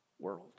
world